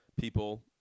people